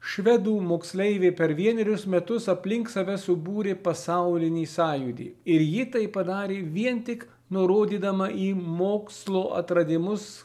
švedų moksleivė per vienerius metus aplink save subūrė pasaulinį sąjūdį ir ji tai padarė vien tik nurodydama į mokslo atradimus